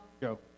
Go